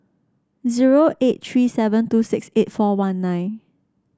zero eight three seven two six eight four one nine